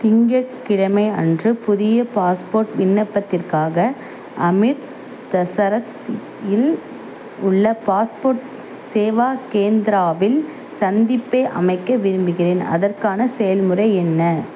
திங்கட்கிழமை அன்று புதிய பாஸ்போர்ட் விண்ணப்பத்திற்காக அமிர்தசரஸ் இன் உள்ள பாஸ்போர்ட் சேவா கேந்திராவில் சந்திப்பை அமைக்க விரும்புகிறேன் அதற்கான செயல்முறை என்ன